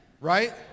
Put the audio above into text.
right